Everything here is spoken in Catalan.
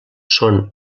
són